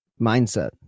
mindset